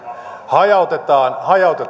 hajautetaan